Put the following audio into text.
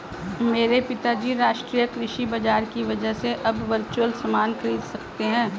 मेरे पिताजी राष्ट्रीय कृषि बाजार की वजह से अब वर्चुअल सामान खरीद सकते हैं